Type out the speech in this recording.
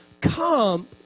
come